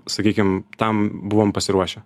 sakykim tam buvom pasiruošę